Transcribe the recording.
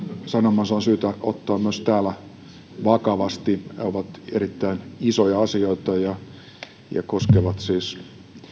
sanomansa on syytä ottaa myös täällä vakavasti ne ovat erittäin isoja asioita ja koskevat siis